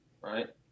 right